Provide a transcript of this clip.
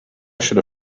should